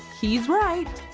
he's right.